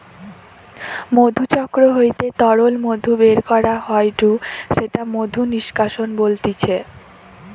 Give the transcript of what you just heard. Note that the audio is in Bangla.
মধুচক্র হইতে তরল মধু বের করা হয়ঢু সেটা মধু নিষ্কাশন বলতিছে